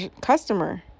customer